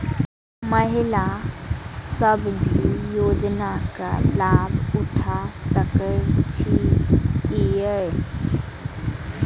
महिला सब भी योजना के लाभ उठा सके छिईय?